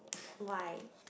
why